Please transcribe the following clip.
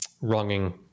wronging